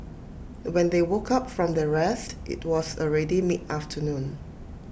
when they woke up from their rest IT was already mid afternoon